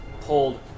pulled